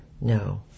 No